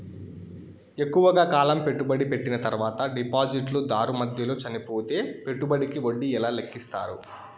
ఎక్కువగా కాలం పెట్టుబడి పెట్టిన తర్వాత డిపాజిట్లు దారు మధ్యలో చనిపోతే పెట్టుబడికి వడ్డీ ఎలా లెక్కిస్తారు?